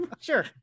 sure